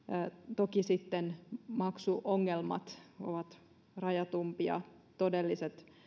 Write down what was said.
toki maksuongelmat ovat rajatumpia todelliset